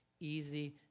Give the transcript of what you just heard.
easy